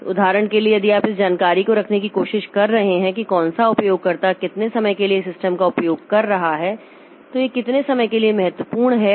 इसलिए उदाहरण के लिए यदि आप इस जानकारी को रखने की कोशिश कर रहे हैं कि कौन सा उपयोगकर्ता कितने समय के लिए सिस्टम का उपयोग कर रहा है तो ये कितने समय के लिए महत्वपूर्ण हैं